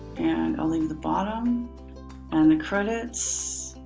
and only the bottom and the credits.